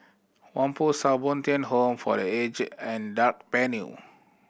Whampoa South Bo Tien Home for The Aged and Drake Avenue